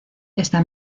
está